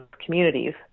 communities